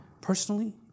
Personally